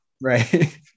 Right